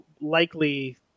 likely